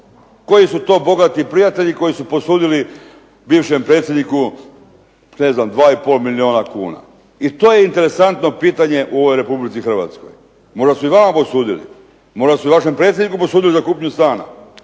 koji su to bogati prijatelji koji su posudili bivšem predsjedniku ne znam 2 i pol milijuna kuna. I to je interesantno pitanje u ovoj Republici Hrvatskoj. Možda su i vama posudili. Možda su vašem predsjedniku posudili za kupnju stana.